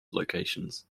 locations